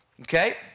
Okay